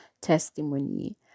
testimony